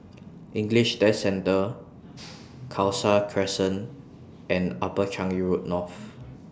English Test Centre Khalsa Crescent and Upper Changi Road North